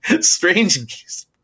Strange